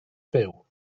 byw